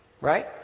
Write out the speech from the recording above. Right